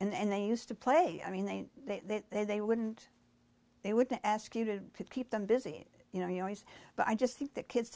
and they used to play i mean they they they they wouldn't they would ask you to keep them busy you know you always but i just think that kids